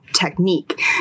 technique